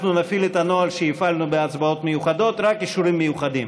אנחנו נפעיל את הנוהל שהפעלנו בהצבעות מיוחדות: רק באישורים מיוחדים.